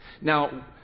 Now